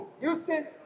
Houston